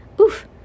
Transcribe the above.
oof